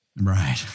Right